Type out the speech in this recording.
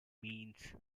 means